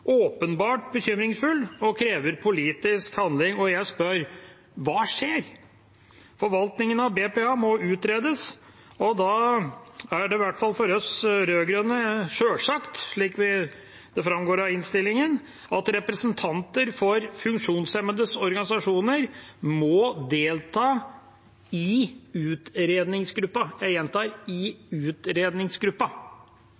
åpenbart bekymringsfull og krever politisk handling. Jeg spør: Hva skjer? Forvaltningen av BPA må utredes, og da er det i hvert fall for oss rød-grønne selvsagt, slik det framgår av innstillingen, at representanter for funksjonshemmedes organisasjoner må delta i